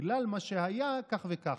בגלל מה שהיה, כך וכך.